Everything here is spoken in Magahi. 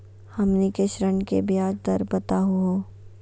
हमनी के ऋण के ब्याज दर बताहु हो?